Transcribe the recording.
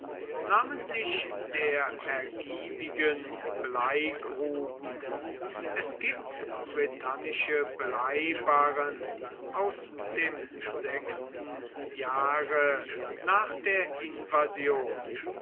namentlich der ergiebigen bleigruben es gibt britannische bleibarren aus dem sechsten jahre nach der invasion